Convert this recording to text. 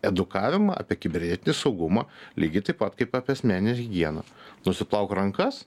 edukavimą apie kibernetinį saugumą lygiai taip pat kaip apie asmeninę higieną nusiplauk rankas